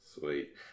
Sweet